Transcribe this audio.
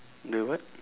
the what